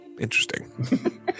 Interesting